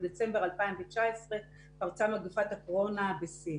כשבדצמבר 2019 פרצה מגפת הקורונה בסין.